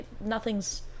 nothing's